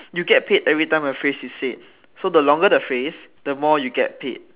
you get paid every time a phrase is sad so the longer the phrase the more you get paid